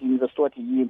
investuoti į